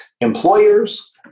employers